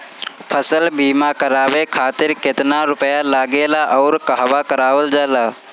फसल बीमा करावे खातिर केतना रुपया लागेला अउर कहवा करावल जाला?